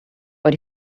but